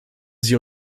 sie